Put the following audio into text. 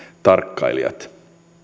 tarkkailijat